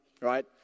right